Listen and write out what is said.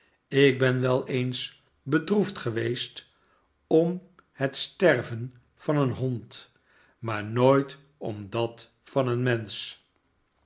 ik ben wel eens bedroefd geweest om het sterven van een hond maar nooit om dat van een mensch